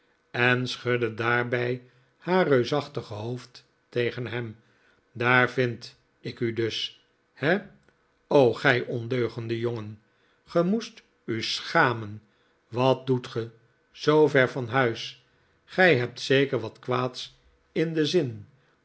en schudde daarbij haar reusachtige hoofd tegen hem daar vind ik u dus he o gij ondeugende jongen ge moest u schamen wat doet ge zoov'er van huis gij hebt zeker wat kwaads in den zin